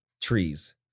trees